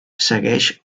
segueix